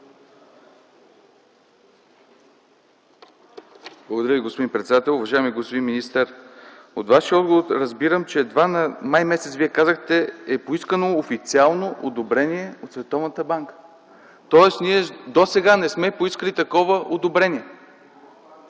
Благодаря Ви, господин председател. Уважаеми господин министър, от Вашия отговор разбирам, че м. май е поискано официално одобрение от Световната банка. Тоест ние досега не сме поискали такова одобрение?